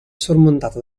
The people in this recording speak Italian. sormontata